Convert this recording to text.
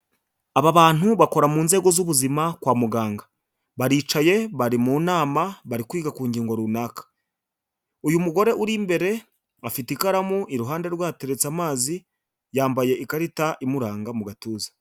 Aba bantu bakora mu nzego z'ubuzima kwa muganga. Baricaye bari mu nama bari kwiga ku ngingo runaka. Uyu mugore uri imbere afite ikaramu, iruhande hateretse amazi yambaye ikarita imuranga mu gatuza.